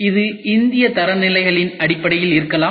இது இந்திய தரநிலைகளின் அடிப்படையில் இருக்கலாம்